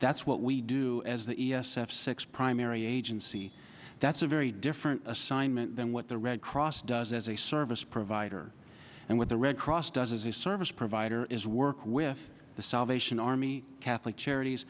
that's what we do as the e s f six primary agency that's a very different assignment than what the red cross does as a service provider and what the red cross does as a service provider is work with the salvation army catholic charities